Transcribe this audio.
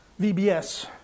VBS